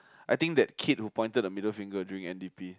I think that kid who pointed the middle finger during n_d_p